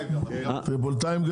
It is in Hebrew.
גם הטריפוליטאים.